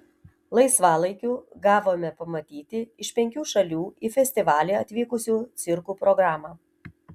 laisvalaikiu gavome pamatyti iš penkių šalių į festivalį atvykusių cirkų programą